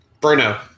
Bruno